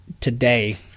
today